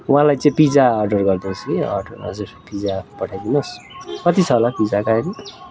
उहाँलाई चाहिँ pizza order गरिदिनुहोस् के अर्डर हजुर पिज्जा पठाइदिनुहोस् कति छ होला पिज्जाको लागि